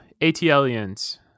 ATLians